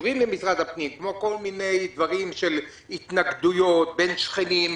כמו כל מיני דברים של התנגדויות בין שכנים,